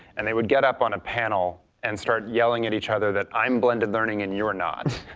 and they would get up on a panel and start yelling at each other that i'm blended learning and you're not.